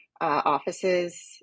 offices